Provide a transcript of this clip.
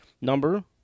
number